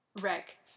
wreck